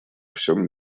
всем